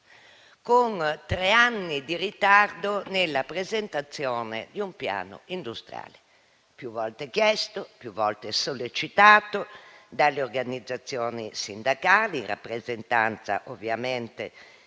con tre anni di ritardo nella presentazione di un piano industriale, più volte chiesto, più volte sollecitato dalle organizzazioni sindacali, in rappresentanza ovviamente dei